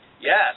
Yes